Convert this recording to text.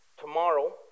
Tomorrow